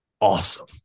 awesome